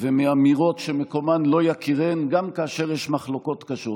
ומאמירות שמקומן לא יכירן גם כאשר יש מחלוקות קשות.